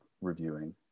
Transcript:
reviewing